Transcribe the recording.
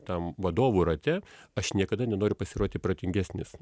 tam vadovų rate aš niekada nenoriu pasirodyt protingesnis